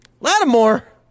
Lattimore